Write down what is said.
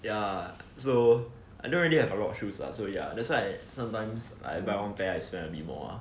ya so I don't really have a lot of shoes lah so ya that's why I sometimes buy one pair I spend a bit more lah